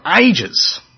ages